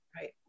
Right